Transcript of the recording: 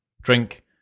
drink